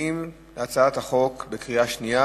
מצביעים על הצעת החוק בקריאה שנייה,